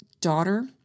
daughter